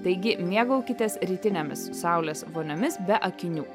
taigi mėgaukitės rytinėmis saulės voniomis be akinių